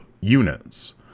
units